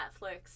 Netflix